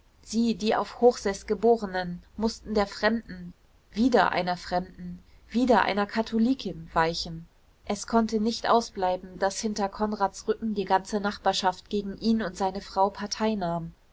sie die auf hochseß geborenen mußten der fremden wieder einer fremden wieder einer katholikin weichen es konnte nicht ausbleiben daß hinter konrads rücken die ganze nachbarschaft gegen ihn und seine frau partei nahm